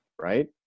Right